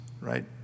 right